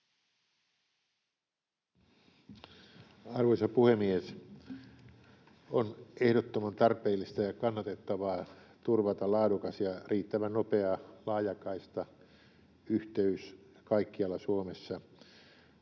Arvoisa puhemies! On ehdottoman tarpeellista ja kannatettavaa turvata laadukas ja riittävän nopea laajakaistayhteys kaikkialla Suomessa.